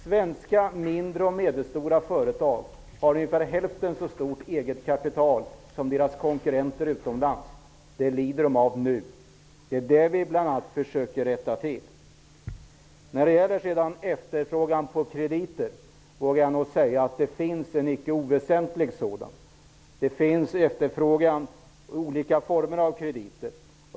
Svenska mindre och medelstora företag har ungefär hälften så stort eget kapital som deras konkurrenter utomlands har. Det lider de av nu. Det är bl.a. det vi försöker rätta till. När det gäller efterfrågan på krediter vågar jag nog säga att det finns en icke oväsentlig sådan. Det finns efterfrågan på olika former av krediter.